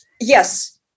yes